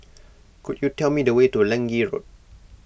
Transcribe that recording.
could you tell me the way to Lange Road